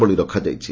ବଳୀ ରଖାଯାଇଛି